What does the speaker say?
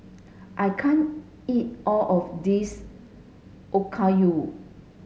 I can't eat all of this Okayu